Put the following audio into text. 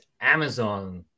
Amazon